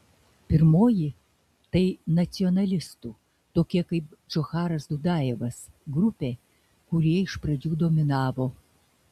pirmoji tai nacionalistų tokie kaip džocharas dudajevas grupė kurie iš pradžių dominavo